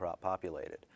populated